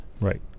Right